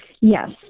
Yes